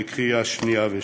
בקריאה שנייה ושלישית.